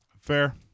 Fair